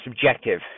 subjective